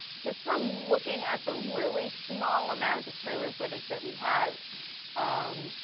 just from looking at the really small amount of trailer footage that we have um,